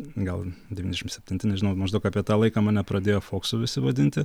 gal devyniasdešimt septinti nežinau maždaug apie tą laiką mane pradėjo foksu visi vadinti